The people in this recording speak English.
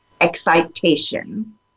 excitation